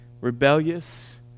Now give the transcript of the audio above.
rebellious